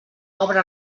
obra